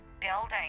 building